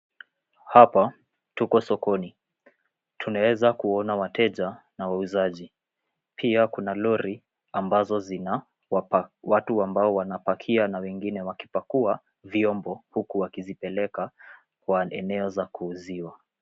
Hapa tuko sokoni. Tunaeza kuona wateja na wauzaji. Pia kuna lori ambazo zina watu ambao wanapakia na wengine ambao wakipakua vyombo huku wakizipeleka kwa eneo za kuuziwa.